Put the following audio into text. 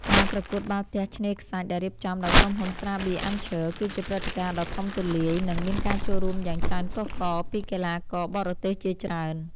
ការប្រកួតបាល់ទះឆ្នេរខ្សាច់ដែលរៀបចំដោយក្រុមហ៊ុនស្រាបៀរអាន់ឆ័រ គឺជាព្រឹត្តិការណ៍ដ៏ធំទូលាយ និង មានការចូលរួមយ៉ាងច្រើនកុះករពីកីឡាករបរទេសជាច្រើន។